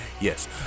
Yes